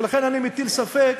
ולכן אני מטיל ספק